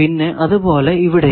പിന്നെ അതുപോലെ ഇവിടെയും